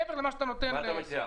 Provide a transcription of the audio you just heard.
מעבר למה שאתה נותן --- מה אתה מציע?